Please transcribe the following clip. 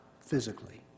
physically